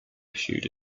issued